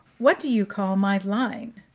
what do you call my line?